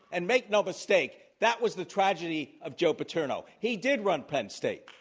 and make no mistake. that was the tragedy of joe paterno. he did run penn state.